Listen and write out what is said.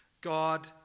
God